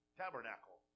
tabernacle